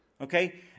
Okay